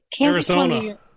Arizona